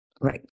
Right